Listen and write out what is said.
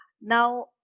Now